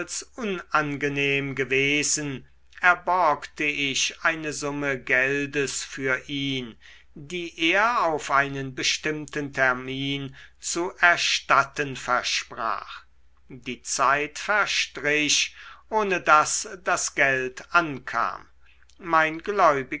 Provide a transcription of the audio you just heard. unangenehm gewesen erborgte ich eine summe geldes für ihn die er auf einen bestimmten termin zu erstatten versprach die zeit verstrich ohne daß das geld ankam mein